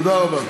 תודה רבה.